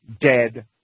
dead